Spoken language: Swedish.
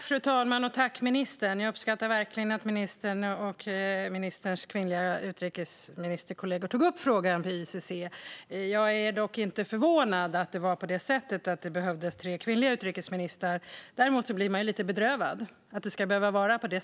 Fru talman! Jag uppskattar verkligen att ministern och ministerns kvinnliga utrikesministerkollegor tog upp frågan i ICC. Jag är dock inte förvånad över att det behövdes tre kvinnliga utrikesministrar. Däremot blir man lite bedrövad att det ska behöva vara så.